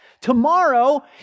Tomorrow